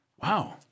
Wow